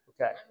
okay